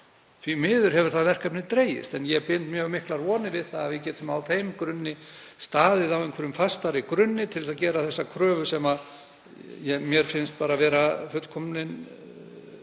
Því miður hefur það verkefni dregist, en ég bind mjög miklar vonir við að við getum þá staðið á fastari grunni til að gera þessa kröfu, sem mér finnst vera fullkomin